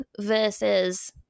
versus